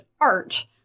art